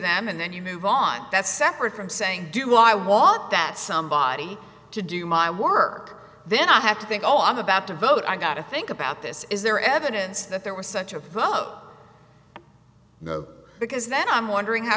them and then you move on that's separate from saying do i want that somebody to do my work then i have to think oh i'm about to vote i got to think about this is there evidence that there was such a vote because then i'm wondering how